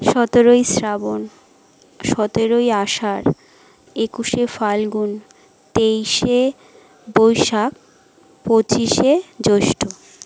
সতেরোই শ্রাবণ সতেরোই আষাঢ় একুশে ফাল্গুন তেইশে বৈশাখ পঁচিশে জ্যৈষ্ঠ